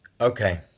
Okay